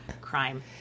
crime